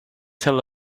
tell